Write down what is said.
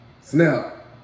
Snap